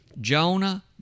Jonah